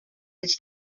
its